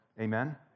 Amen